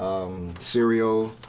um cereal,